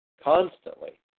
constantly